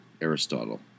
Aristotle